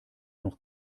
noch